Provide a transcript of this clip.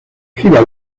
gira